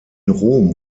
rom